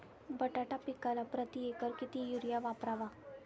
बटाटा पिकाला प्रती एकर किती युरिया वापरावा?